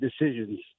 decisions